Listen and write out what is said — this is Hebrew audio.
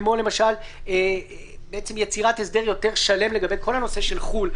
כמו למשל יצירת הסדר יותר שלם לגבי כל הנושא של חו"ל,